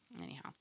Anyhow